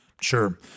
Sure